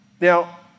Now